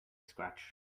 scratch